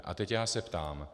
A teď já se ptám.